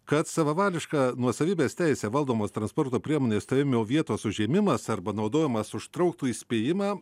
kad savavališka nuosavybės teise valdomos transporto priemonės stovėjimo vietos užėmimas arba naudojimas užtrauktų įspėjimą